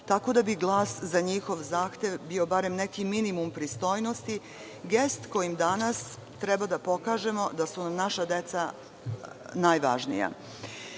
tako da bi glas za njihov zahtev bio barem neki minimum pristojnosti, gest kojim danas treba da pokažemo da su naša deca najvažnija. Naravno,